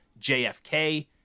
JFK